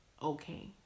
okay